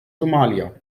somalia